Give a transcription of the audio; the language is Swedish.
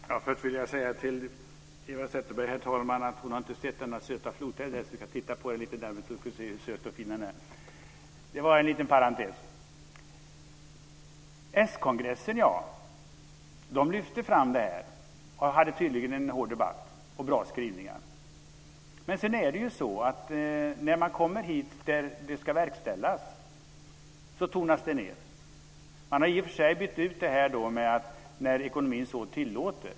Herr talman! Först vill jag säga till Eva Zetterberg att hon inte har sett denna söta flodhäst. Hon kan titta lite närmare på den, så får hon se hur söt och fin den är - det var en liten parentes. S-kongressen lyfte fram det här. Man hade tydligen en hård debatt och bra skrivningar. Men när man sedan kommer hit där det ska verkställas tonas det ned. Man har i och för sig bytt ut "när ekonomin så tillåter".